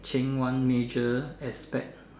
change one major aspect